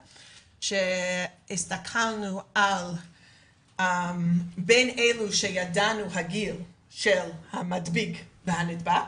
הסתכלנו על אלה שהם בגיל המדביק והנדבק,